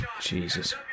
Jesus